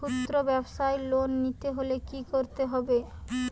খুদ্রব্যাবসায় লোন নিতে হলে কি করতে হবে?